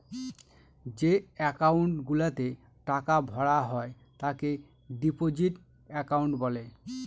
যে একাউন্ট গুলাতে টাকা ভরা হয় তাকে ডিপোজিট একাউন্ট বলে